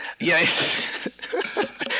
Yes